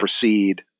proceed